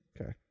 Okay